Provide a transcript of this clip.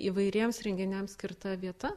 įvairiems renginiams skirta vieta